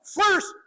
First